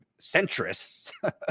centrists